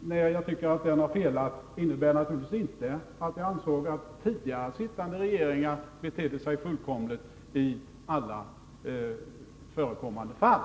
när jag tycker att den har felat innebär naturligtvis inte att jag anser att tidigare sittande regeringar betedde sig fullkomligt i alla förekommande fall.